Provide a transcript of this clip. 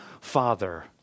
Father